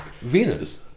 Venus